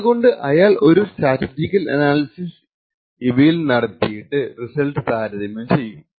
അതുകൊണ്ട് അയാൾ ഒരു സ്റ്റാറ്റിസ്റ്റിക്കൽ അനാലിസിസ് ഇവയിൽ നടത്തിയിട്ട് റിസൾട്ട് താരതമ്യം ചെയ്യും